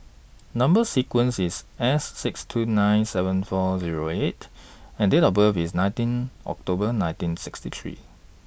Number sequence IS S six two nine seven four Zero eight and Date of birth IS nineteen October nineteen sixty three